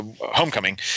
homecoming